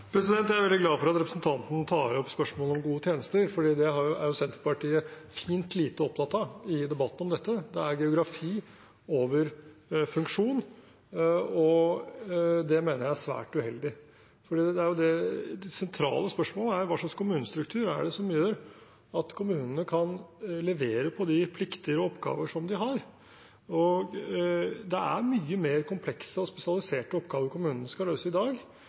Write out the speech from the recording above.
Jeg er veldig glad for at representanten tar opp spørsmålet om gode tjenester, for det er Senterpartiet fint lite opptatt av i debatten om dette; det er geografi over funksjon – og det mener jeg er svært uheldig. Det sentrale spørsmålet er: Hva slags kommunestruktur er det som gjør at kommunene kan levere på de plikter og oppgaver de har? Det er mye mer komplekse og spesialiserte oppgaver kommunene skal løse i dag,